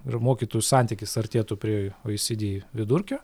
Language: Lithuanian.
ir mokytojų santykis artėtų prie oi sy dy vidurkio